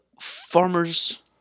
Farmers